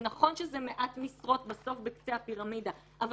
זה נכון שבסוף בקצה הפירמידה זה מעט משרות,